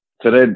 today